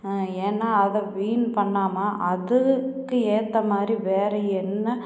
ஏன்னா அதை வீண் பண்ணாமல் அதுதுக்கு ஏற்ற மாதிரி வேறு என்ன